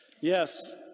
Yes